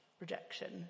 rejection